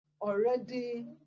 already